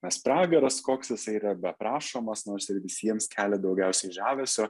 nes pragaras koks jisai yra beprašomas nors visiems kelia daugiausiai žavesio